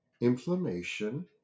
Inflammation